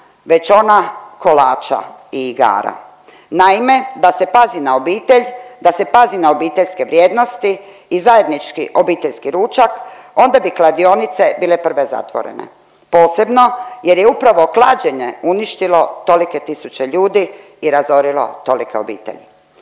već ona kolača i igara. Naime, da se pazi na obitelj, da se pazi na obiteljski vrijednosti i zajednički obiteljski ručak onda bi kladionice bile prve zatvorene posebno jer je upravo klađenje uništilo tolike tisuće ljudi i razorilo tolike obitelji,